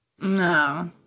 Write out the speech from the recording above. No